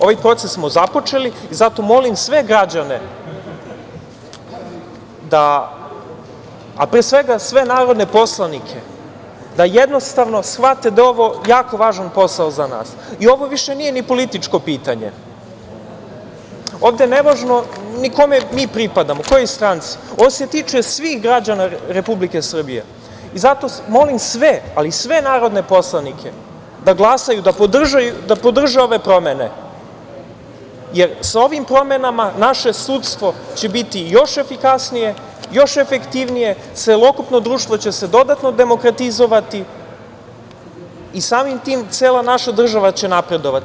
Ovaj proces smo započeli, zato molim sve građane, a pre svega, sve narodne poslanike da jednostavno shvate da je ovo jako važan posao za nas i ovo više nije ni političko pitanje, ovde ne možemo, ni kome mi pripadamo, kojoj stranci, ovo se tiče svih građana Republike Srbije i zato molim sve, ali sve narodne poslanike da glasaju, da podrže ove promene, jer sa ovim promenama naše sudstvo će biti još efikasnije, još efektivnije, celokupno društvo će se dodatno demokratizovati i samim tim cela naša država će napredovati.